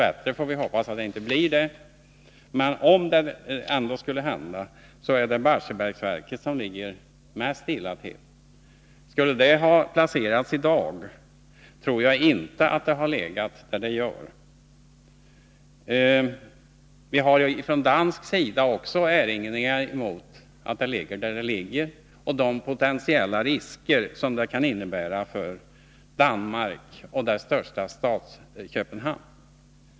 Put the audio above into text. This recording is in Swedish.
Vi får hoppas att det inte händer. Men om det ändå skulle hända en olycka så är det Barsebäcksverket som ligger mest illa till. Skulle det ha placerats i dag tror jag inte det hade legat där det ligger. Vi har från dansk sida också fått erinringar om att det ligger där det ligger och om de potentiella risker som detta kan innebära för Danmark och dess största stad Köpenhamn.